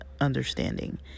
understanding